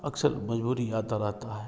अक्सर मजबूरी आता रहता है